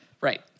Right